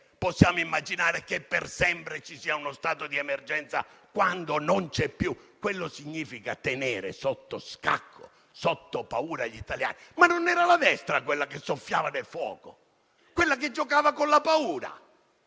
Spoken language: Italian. possiamo immaginare che per sempre ci sia uno stato di emergenza, quando non c'è più. Significa tenere sotto scacco, sotto paura gli italiani. Ma non era la destra quella che soffiava sul fuoco, quella che giocava con la paura?